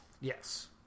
Yes